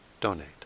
donate